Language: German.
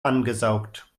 angesaugt